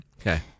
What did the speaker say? Okay